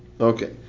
Okay